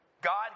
God